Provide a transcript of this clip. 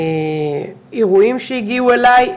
אירועים שהגיעו אליי,